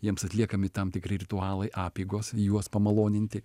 jiems atliekami tam tikri ritualai apeigos juos pamaloninti